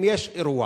אם יש אירוע